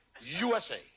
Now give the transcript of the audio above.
USA